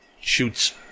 shoots